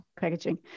packaging